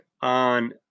on